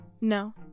no